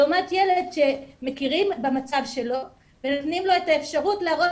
לעומת ילד שמכירים במצב שלו ונותנים לו את האפשרות להראות